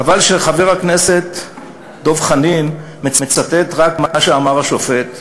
חבל שחבר הכנסת דב חנין מצטט רק מה שאמר השופט,